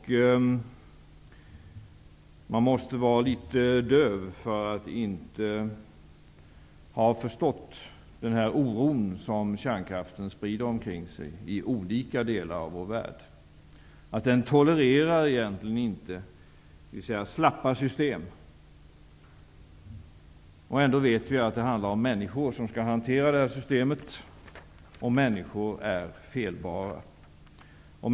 Man måste vara litet döv för att inte ha förstått den oro som kärnkraften sprider omkring sig i olika delar av vår värld. Kärnkraften tolererar egentligen inte slappa system. Ändå vet vi att det är människor som skall hantera systemen och att människor är felbara.